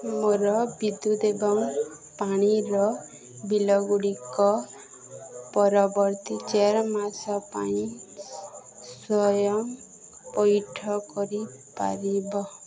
ମୋର ବିଦ୍ୟୁତ୍ ଏବଂ ପାଣିର ବିଲ୍ଗୁଡ଼ିକ ପରବର୍ତ୍ତୀ ଚାରି ମାସ ପାଇଁ ସ୍ଵୟଂ ପଇଠ କରିପାରିବ